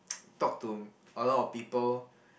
talk to a lot of people